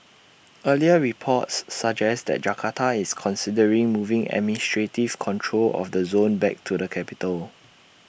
earlier reports suggest that Jakarta is considering moving administrative control of the zone back to the capital